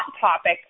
topic